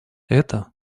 это